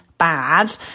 bad